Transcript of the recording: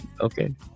Okay